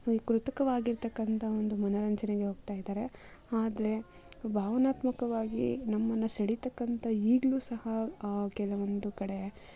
ಈ ಕೃತಕವಾಗಿರ್ತಕ್ಕಂಥ ಒಂದು ಮನೋರಂಜನೆಗೆ ಹೋಗ್ತಾ ಇದ್ದಾರೆ ಆದರೆ ಭಾವನಾತ್ಮಕವಾಗಿ ನಮ್ಮನ್ನ ಸೆಳಿತಕ್ಕಂಥ ಈಗಲೂ ಸಹ ಕೆಲವೊಂದು ಕಡೆ